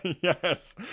Yes